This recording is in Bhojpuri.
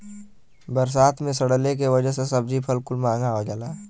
बरसात मे सड़ले के वजह से सब्जी फल कुल महंगा हो जाला